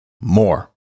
more